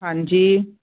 ਹਾਂਜੀ